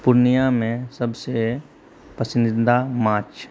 पूर्णियाँमे सबसँ पसन्दीदा माछ